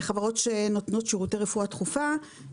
חברות שנותנות שירותי רפואה דחופה,